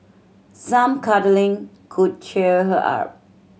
some cuddling could cheer her up